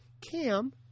CAM